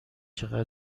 چقدر